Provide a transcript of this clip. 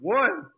one